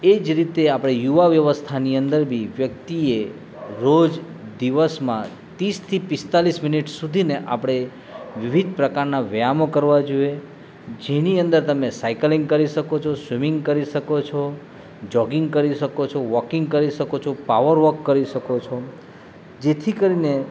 એ જ રીતે આપણે યુવા વ્યવસ્થાની અંદર બી વ્યક્તિએ રોજ દિવસમાં તીસથી પિસ્તાલીસ મિનિટ સુધીને આપણે વિવિધ પ્રકારના વ્યાયામો કરવા જોઈએ જેની અંદર તમે સાયકલિંગ કરી શકો છો સ્વિમિંગ કરી શકો છો જોગિંગ કરી શકો છો વોકિંગ કરી શકો છો પાવરવોક કરી શકો છો જેથી કરીને